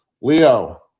Leo